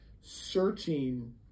searching